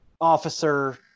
officer